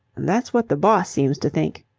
that's what the boss seems to think.